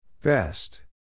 Best